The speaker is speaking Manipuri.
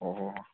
ꯑꯣ ꯑꯣ